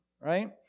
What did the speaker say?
Right